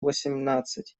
восемнадцать